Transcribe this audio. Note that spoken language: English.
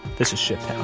this is shittown